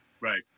right